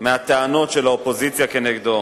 מהטענות של האופוזיציה נגדו,